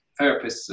therapists